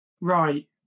Right